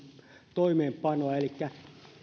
toimeenpanoa elikkä